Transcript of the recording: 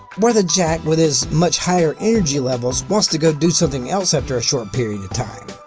where the jack with his much higher energy levels wants to go do something else after a short period of time.